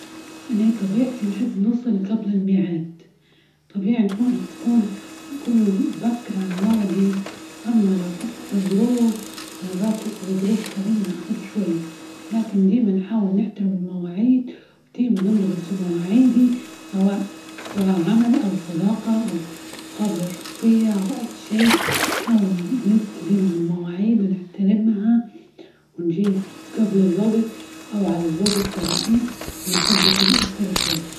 أنا طبيعتي نحب نوصل جبل الميعاد، طبيعي نحب نكون -نكون بكرة عن موعدي، أما لو حصل ظروف مرات تحصل ظروف بتخليني نتأخر شوية، لكن ديما نحاول نحترم المواعيد، وديما نضبط في المواعيدي، سواء- سواء عمل أو صداقة أو مقابلة شخصية ،أو اي شي نحاول نلتزم بالمواعيد، ونحترمها ونجي جبل الوقت ،أو على الوقت تماما منحبش نأخر شوي.